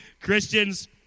Christians